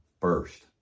first